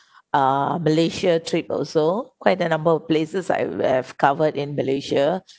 uh malaysia trip also quite a number of places I have covered in malaysia